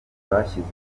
bashyize